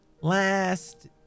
last